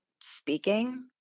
speaking